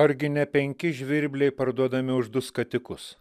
argi ne penki žvirbliai parduodami už du skatikus